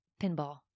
Pinball